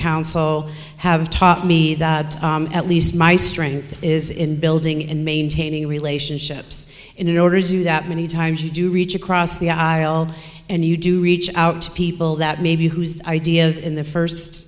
council have taught me that at least my strength is in building and maintaining relationships and in order to do that many times you do reach across the aisle and you do reach out to people that maybe whose ideas in the first